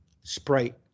Sprite